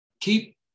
keep